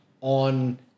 on